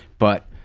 but